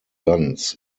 ganz